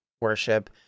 worship